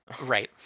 Right